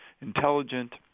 intelligent